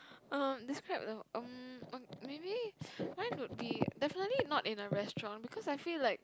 um describe the~ maybe mine would be definitely not in a restaurant because I feel like